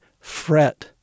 fret